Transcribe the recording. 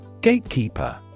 Gatekeeper